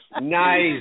Nice